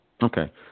Okay